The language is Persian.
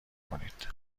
کنید